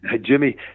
Jimmy